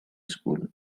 school